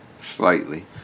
Slightly